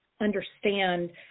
understand